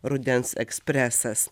rudens ekspresas